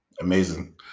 Amazing